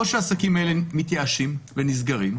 או שהעסקים האלה מתייאשים ונסגרים,